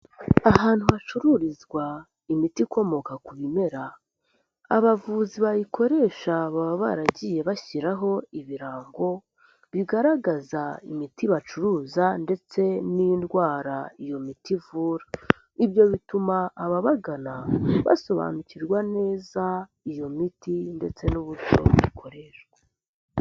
Ahantu hacururizwa imiti ikomoka ku bimera. Abavuzi bayikoresha baba baragiye bashyiraho ibirango bigaragaza imiti bacuruza ndetse n'indwara iyo miti ivura. Ibyo bituma ababagana basobanukirwa neza iyo miti ndetse n'uburyo bukoreshwa.